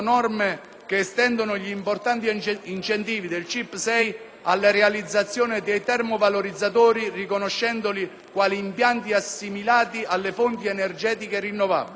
che estendono gli importanti incentivi del CIP6 alla realizzazione dei termovalorizzatori riconoscendoli quali impianti assimilati alle fonti energetiche rinnovabili.